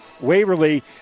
Waverly